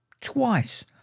twice